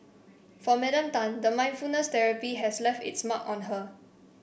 for Madam Tan the mindfulness therapy has left its mark on her